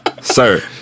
sir